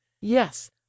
yes